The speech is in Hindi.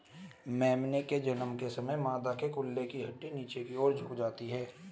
मेमने के जन्म के समय मादा के कूल्हे की हड्डी नीचे की और झुक जाती है